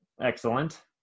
Excellent